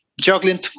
juggling